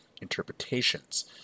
interpretations